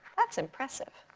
that's impressive.